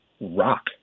rock